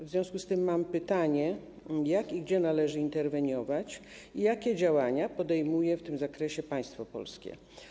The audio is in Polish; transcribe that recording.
W związku z tym mam pytanie, jak i gdzie należy interweniować i jakie działania podejmuje w tym zakresie państwo polskie.